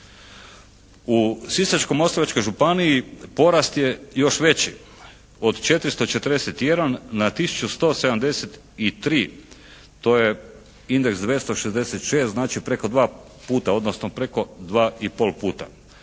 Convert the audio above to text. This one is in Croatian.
U Sisačko-moslavačkoj županiji porast je još veći, od 441 na tisuću 173. To je indeks 266. Znači, preko dva puta, odnosno preko dva